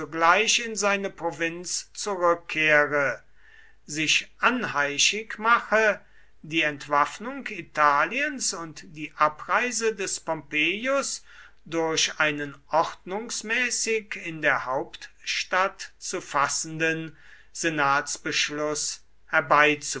in seine provinz zurückkehre sich anheischig mache die entwaffnung italiens und die abreise des pompeius durch einen ordnungsmäßig in der hauptstadt zu fassenden